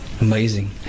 Amazing